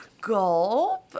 Gulp